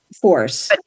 force